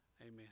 Amen